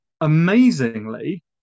amazingly